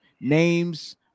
names